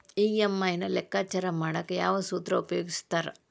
EMI ನ ಲೆಕ್ಕಾಚಾರ ಮಾಡಕ ಯಾವ್ ಸೂತ್ರ ಉಪಯೋಗಿಸ್ತಾರ